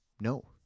No